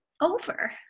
over